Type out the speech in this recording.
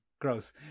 Gross